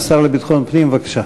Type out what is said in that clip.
השר לביטחון פנים, בבקשה.